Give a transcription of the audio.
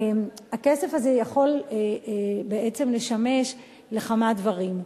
הכסף הזה יכול בעצם לשמש לכמה דברים.